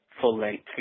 full-length